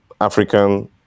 African